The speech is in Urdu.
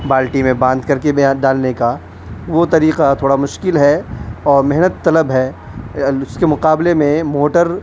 بالٹی میں باندھ کر کے بھی ہاں ڈالنے کا وہ طریقہ تھوڑا مشکل ہے اور محنت طلب ہے اس کے مقابلے میں موٹر